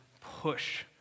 push